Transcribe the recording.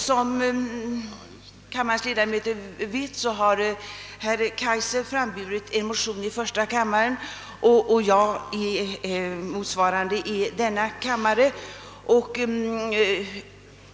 Som kammarens ledamöter vet har en motion framburits av herr Kaijser m.fl. i första kammaren och av mig i denna kammare.